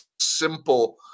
simple